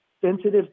sensitive